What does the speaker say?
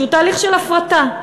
שהוא תהליך של הפרטה,